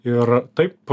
ir taip